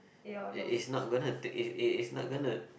it is not gonna take if it is not gonna